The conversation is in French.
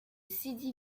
sidi